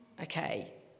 okay